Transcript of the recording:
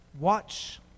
Watch